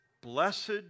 Blessed